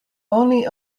only